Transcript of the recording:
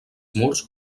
murs